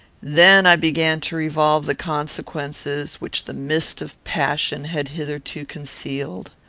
then i began to revolve the consequences, which the mist of passion had hitherto concealed.